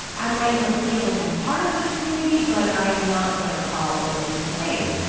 i might not feel like i'm part of the community, but i'm not going to call in those complaints.